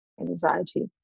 anxiety